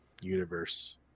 universe